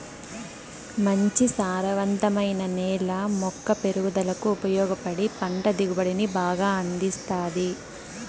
మంచి సారవంతమైన నేల మొక్క పెరుగుదలకు ఉపయోగపడి పంట దిగుబడిని బాగా అందిస్తాది